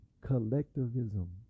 Collectivism